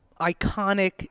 iconic